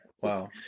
Wow